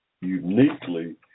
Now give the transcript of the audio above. uniquely